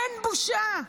אין בושה,